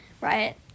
Right